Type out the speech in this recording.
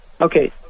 Okay